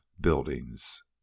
buildings